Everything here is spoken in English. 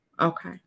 Okay